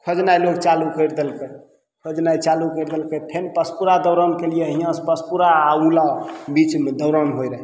खोजनाइ लोग चालू करि देलकय खोजनाइ चालू करि देलकय फेन पसपुरा दौड़ान कयलियै हियाँसँ पसपुरा आओर उला बीचमे दौड़ान होइ रहय